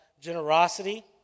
generosity